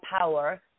power